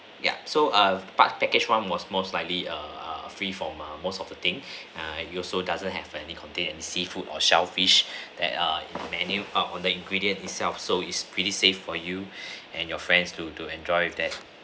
yup so um part package one was most likely err err free from most of the thing you also doesn't have any contain seafood or shellfish that err menu up on the ingredient itself so it's pretty safe for you and your friends to to enjoy with that